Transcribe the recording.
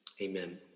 amen